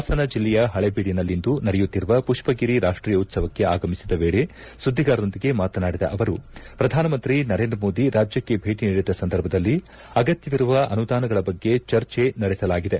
ಪಾಸನ ಜಿಲ್ಲೆಯ ಪಳೆಬೀಡಿನಲ್ಲಿಂದು ನಡೆಯುತ್ತಿರುವ ಪುಷ್ಟಗಿರಿ ರಾಷ್ಟೀಯ ಉತ್ಸವಕ್ಕೆ ಆಗಮಿಸಿದ ವೇಳೆ ಸುದ್ದಿಗಾರರೊಂದಿಗೆ ಮಾತನಾಡಿದ ಅವರು ಪ್ರಧಾನಮಂತ್ರಿ ನರೇಂದ್ರ ಮೋದಿ ರಾಜ್ಯಕ್ಕೆ ಭೇಟಿ ನೀಡಿದ ಸಂದರ್ಭದಲ್ಲಿ ಅಗತ್ಯವಿರುವ ಅನುದಾನಗಳ ಬಗ್ಗೆ ಚರ್ಚೆ ನಡೆಸಲಾಗಿದೆ